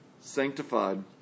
sanctified